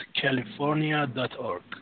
California.org